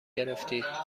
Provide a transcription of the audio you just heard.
گرفتید